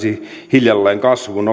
lähtisi hiljalleen kasvuun